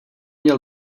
měl